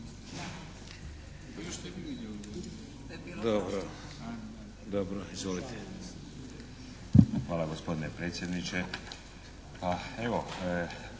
Hvala gospodine predsjedniče.